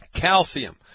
Calcium